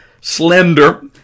slender